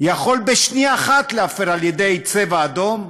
יכול בשנייה אחת להיות מופר על-ידי "צבע אדום",